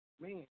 man